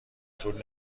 طول